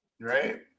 Right